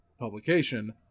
publication